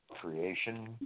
creation